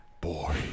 Boy